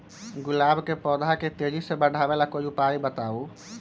गुलाब के पौधा के तेजी से बढ़ावे ला कोई उपाये बताउ?